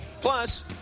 Plus